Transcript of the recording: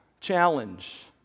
challenge